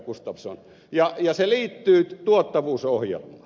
gustafsson ja se liittyy tuottavuusohjelmaan